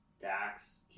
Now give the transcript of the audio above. Dax